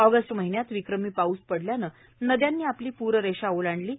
August महिन्यात विक्रमी पाऊस पडल्यानं नद्यांनी आपली पूररेषा ओलांडली होती